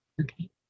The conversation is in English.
okay